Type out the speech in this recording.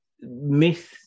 Miss